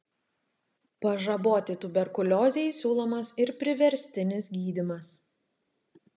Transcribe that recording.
pažaboti tuberkuliozei siūlomas ir priverstinis gydymas